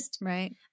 right